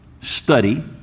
study